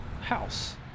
house